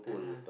a'ah